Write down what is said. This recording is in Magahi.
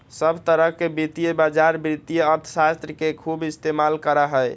सब तरह के वित्तीय बाजार वित्तीय अर्थशास्त्र के खूब इस्तेमाल करा हई